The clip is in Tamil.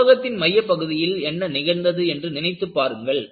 உலோகத்தின் மையப்பகுதியில் என்ன நிகழ்ந்தது என்று நினைத்து பாருங்கள்